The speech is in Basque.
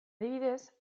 adibidez